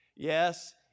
Yes